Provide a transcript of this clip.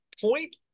point